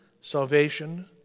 salvation